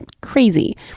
crazy